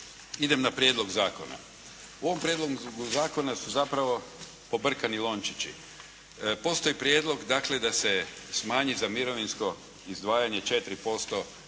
Idem na prijedlog zakona. U ovom prijedlogu zakona su zapravo pobrkani lončići. Postoji prijedlog dakle da se smanji za mirovinsko izdvajanje 4%